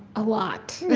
a lot.